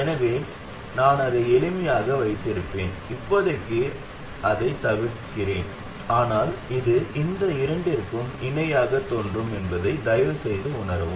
எனவே நான் அதை எளிமையாக வைத்திருப்பேன் இப்போதைக்கு அதைத் தவிர்க்கிறேன் ஆனால் இது இந்த இரண்டிற்கும் இணையாகத் தோன்றும் என்பதை தயவுசெய்து உணரவும்